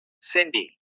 Cindy